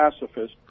pacifist